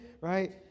right